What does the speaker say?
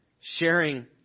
sharing